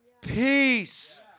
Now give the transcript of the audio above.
peace